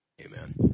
amen